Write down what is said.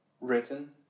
written